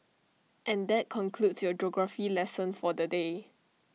and that concludes your geography lesson for the day